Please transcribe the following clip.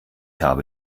habe